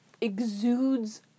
exudes